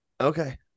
Okay